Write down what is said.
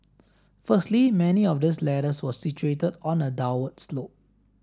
firstly many of these ladders were situated on a downward slope